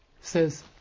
says